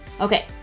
Okay